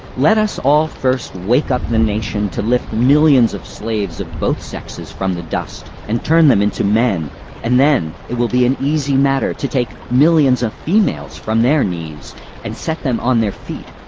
let us all first wake up the nation to lift millions of slaves of both sexes from the dust, and turn them into men and then it will be an easy matter to take millions of females from their knees and set them on their feet,